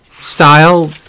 style